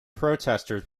protesters